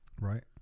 Right